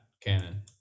canon